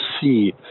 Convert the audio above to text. see